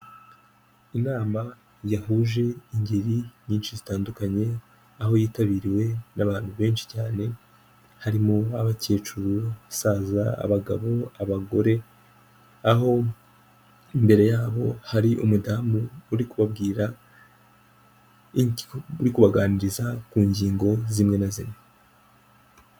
inama yahuje ingeri nyinshi zitandukanye, aho yitabiriwe n'abantu benshi cyane ,harimo abakecuru, abasaza, abagabo, abagore. Aho mbere yabo hari umudamu uri kubabwira, uri kubaganiriza ku ngingo zimwe na zimwe.